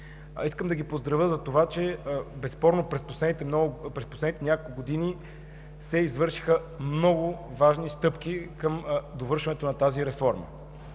Искам да ги поздравя, защото безспорно през последните няколко години се извършиха много важни стъпки към довършването на тази реформа.